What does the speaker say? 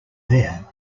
there